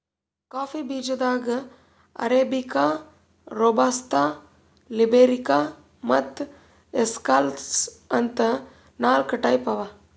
coffee ಬೀಜಾದಾಗ್ arabica, robusta, liberica ಮತ್ತ್ excelsa ಅಂತ್ ನಾಕ್ ಟೈಪ್ ಅವಾ